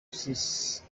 sisi